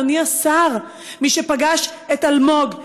אדוני השר: מי שפגש את אלמוג,